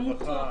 רווחה.